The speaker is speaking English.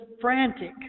frantic